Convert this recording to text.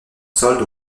solde